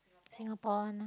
Singapore one